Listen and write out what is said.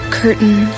curtain